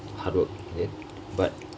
hardwork in but